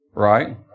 Right